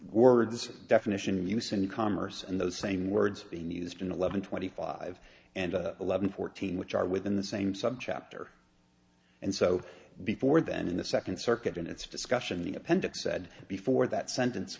words definition in use in commerce and those same words being used in eleven twenty five and eleven fourteen which are within the same subchapter and so before then in the second circuit in its discussion the appendix said before that sentence